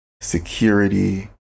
Security